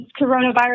coronavirus